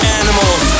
animals